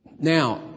Now